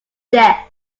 death